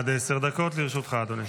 בבקשה, עד עשר דקות לרשותך, אדוני.